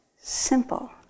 simple